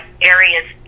areas